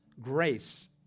grace